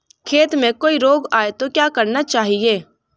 खेत में कोई रोग आये तो क्या करना चाहिए?